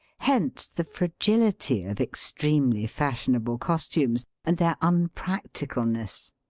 hence the fragility of extremely fash ionable costumes, and their unpracticalness.